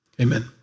Amen